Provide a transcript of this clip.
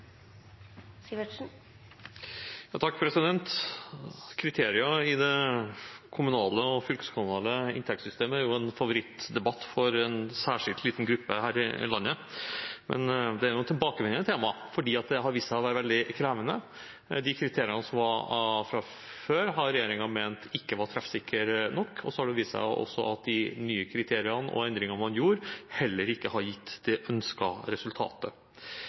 jo en favorittdebatt for en særskilt liten gruppe her i landet, men det er et tilbakevendende tema, for det har vist seg å være veldig krevende. Kriteriene som var fra før, har regjeringen ment ikke var treffsikre nok, og så har det vist seg at de nye kriteriene og endringene man gjorde, heller ikke har gitt